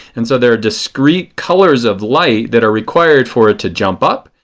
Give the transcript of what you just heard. and so there are discrete colors of light that are required for it to jump up.